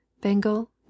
Bengal